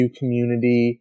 community